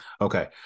Okay